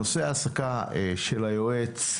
נושא ההעסקה של היועץ,